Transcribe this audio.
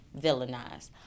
villainized